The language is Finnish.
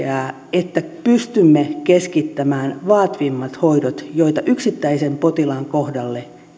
että pystymme keskittämään vaativimmat hoidot joita yksittäisen potilaan kohdalle